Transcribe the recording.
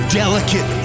delicate